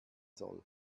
soll